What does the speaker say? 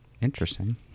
interesting